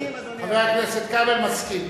חבר הכנסת כבל מסכים.